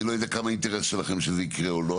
אני לא יודע כמה אינטרס שלכם שזה יקרה או לא.